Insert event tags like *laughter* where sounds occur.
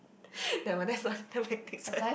*breath* there were that's one